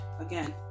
again